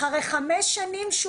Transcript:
אחרי חמש שנים שהוא